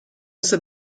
مثه